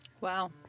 Wow